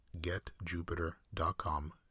getjupiter.com